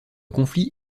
conflit